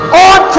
on